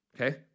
okay